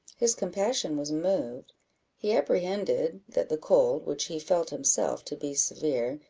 his compassion was moved he apprehended that the cold, which he felt himself to be severe,